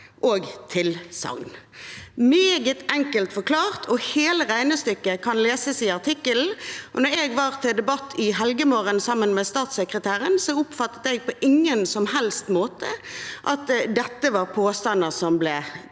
og tilsagn. Det er meget enkelt forklart, og hele regnestykket kan leses i artikkelen. Da jeg var på debatt i Helgemorgen sammen med statssekretæren, oppfattet jeg på ingen måte at dette var påstander som ble